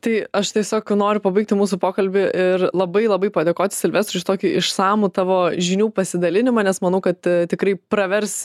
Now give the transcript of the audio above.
tai aš tiesiog noriu pabaigti mūsų pokalbį ir labai labai padėkot silvestrui už tokį išsamų tavo žinių pasidalinimą nes manau kad tikrai pravers